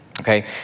okay